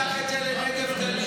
ניקח את זה לנגב והגליל.